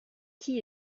qui